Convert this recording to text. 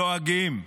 דואגים,